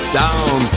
down